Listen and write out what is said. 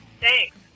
Thanks